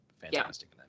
fantastic